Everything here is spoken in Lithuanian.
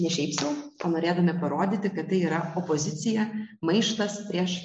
ne šiaip sau o norėdami parodyti kad tai yra opozicija maištas prieš